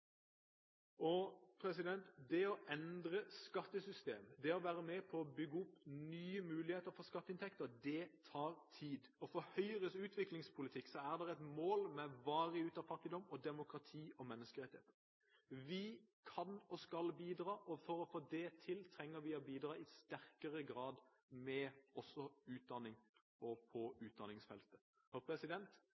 Det å endre skattesystem, det å være med på å bygge opp nye muligheter for skatteinntekter, tar tid. For Høyres utviklingspolitikk er et mål varig ut av fattigdom, demokrati og menneskerettigheter. Vi kan og skal bidra, og for å få det til trenger vi å bidra i sterkere grad med også utdanning og på